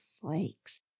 flakes